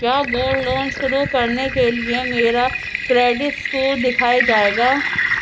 کیا gold loan شروع کرنے کے لیے میرا کریڈٹ اسکور دیکھا جائے گا